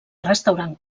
restaurant